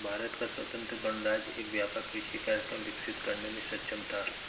भारत का स्वतंत्र गणराज्य एक व्यापक कृषि कार्यक्रम विकसित करने में सक्षम था